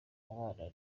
abana